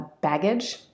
baggage